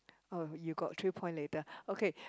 oh you got three point later okay